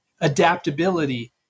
Adaptability